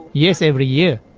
yes, every year.